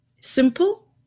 Simple